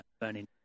burning